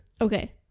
Okay